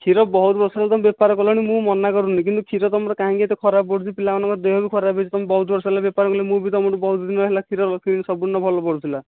କ୍ଷୀର ବହୁତ ବର୍ଷ ହେଲା ତୁମେ ବେପାର କଲଣି ମୁଁ ମନା କରୁନି କିନ୍ତୁ କ୍ଷୀର ତୁମର କାହିଁକି ଏତେ ଖରାପ ପଡ଼ୁଛି ପିଲାମାନଙ୍କ ଦେହ ବି ଖରାପ ହୋଇଛି ତୁମେ ବହୁତ ବର୍ଷ ହେଲା ବେପାର କଲଣି ମୁଁ ବି ତୁମଠୁ ବହୁତ ଦିନ ହେଲା କ୍ଷୀର ରଖିଲିଣି ସବୁଦିନ ଭଲ ପଡ଼ୁଥିଲା